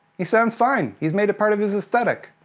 he sounds fine, he's made it part of his aesthetic.